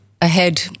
ahead